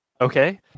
Okay